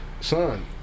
son